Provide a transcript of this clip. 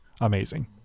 amazing